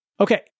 Okay